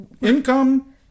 Income